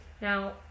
Now